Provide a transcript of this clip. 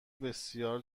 بسیار